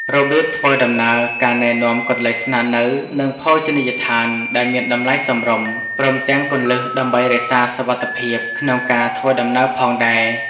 របៀបធ្វើដំណើរ ការណែនាំកន្លែងស្នាក់នៅ និងភោជនីយដ្ឋានដែលមានតម្លៃសមរម្យ ព្រមទាំងគន្លឹះដើម្បីរក្សាសុវត្ថិភាពក្នុងការធ្វើដំណើរផងដែរ។